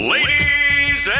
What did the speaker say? Ladies